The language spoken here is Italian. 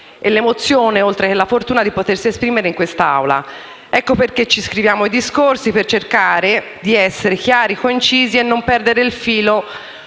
e all'emozione (oltre che alla fortuna) di potersi esprimere in quest'Aula. Ecco perché ci scriviamo i discorsi, per cercare di essere chiari, concisi e non perdere il filo,